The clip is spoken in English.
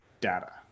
data